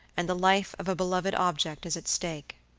and the life of a beloved object is at stake?